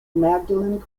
magdalen